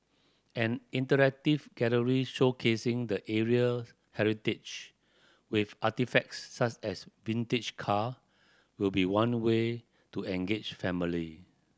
an interactive gallery showcasing the area's heritage with artefacts such as vintage car will be one way to engage family